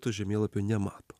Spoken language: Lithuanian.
to žemėlapio nemato